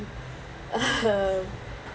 um